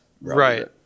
right